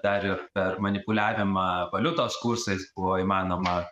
dar ir per manipuliavimą valiutos kursais buvo įmanoma